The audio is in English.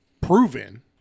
proven